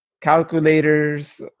calculators